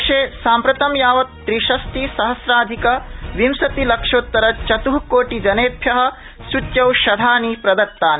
देशे साम्प्रतं यावत त्रिषष्टिस्राधिक विंशति लक्षोत्तरचत्ःकोटिजनेभ्यः सूच्यौषधानि प्रदत्तानि